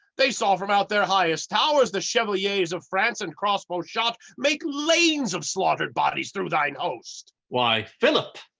they saw from out their highest towers the chevaliers of france and crossbow shot make lanes of slaughtered bodies through thine host. why philip,